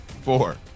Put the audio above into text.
four